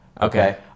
Okay